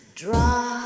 draw